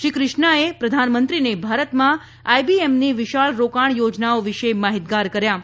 શ્રી કૃષ્ણાએ પ્રધાનમંત્રીને ભારતમાં આઈબીએમની વિશાળ રોકાણ યોજનાઓ વિશે માહિતગાર કર્યા હતા